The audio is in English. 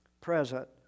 present